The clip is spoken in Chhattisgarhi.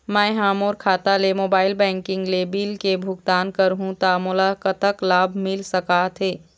मैं हा मोर खाता ले मोबाइल बैंकिंग ले बिल के भुगतान करहूं ता मोला कतक लाभ मिल सका थे?